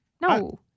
no